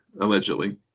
allegedly